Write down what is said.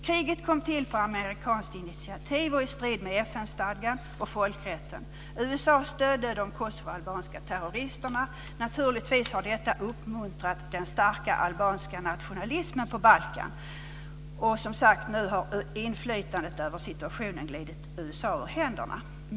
Kriget kom till på amerikanskt initiativ och i strid med FN-stadgan och folkrätten. USA stödde de kosovoalbanska terroristerna. Naturligtvis har detta uppmuntrat den starka albanska nationalismen på Balkan. Nu har, som sagt var, inflytandet över situationen glidit USA ur händerna.